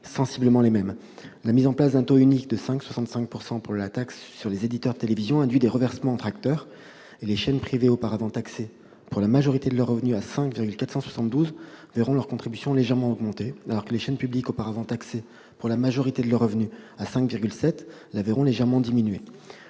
y a quelques jours. La mise en place d'un taux unique de 5,65 % pour la taxe sur les éditeurs de télévision induit des reversements entre acteurs. Les chaînes privées, auparavant taxées, pour la majorité de leurs revenus, à 5,472 %, verront leur contribution augmenter légèrement, alors que les chaînes publiques, auparavant taxées, pour la majorité de leurs revenus, à 5,7 %, la verront diminuer